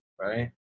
right